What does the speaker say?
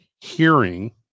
hearing